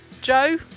Joe